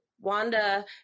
Wanda